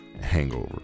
hangover